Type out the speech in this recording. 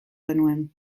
genuen